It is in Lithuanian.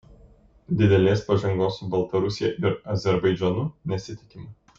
didelės pažangos su baltarusija ir azerbaidžanu nesitikima